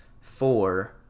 four